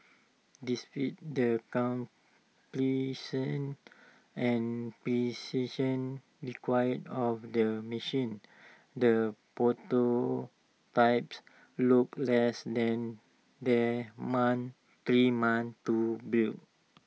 the completion and precision required of their machine the prototypes look less than three months to build